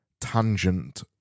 tangent